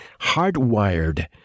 hardwired